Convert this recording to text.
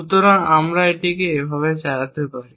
সুতরাং আমরা এটিকে এভাবে চালাতে পারি